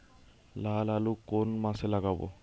লাল আলু কোন মাসে লাগাব?